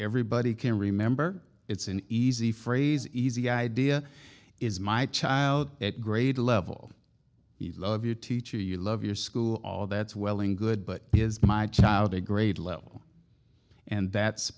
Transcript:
everybody can remember it's an easy phrase easy idea is my child at grade level you love your teacher you love your school all that swelling good but here's my child a grade level and that's